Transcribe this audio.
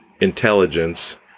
intelligence